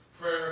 Prayer